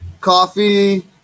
Coffee